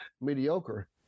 mediocre